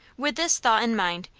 with this thought in mind,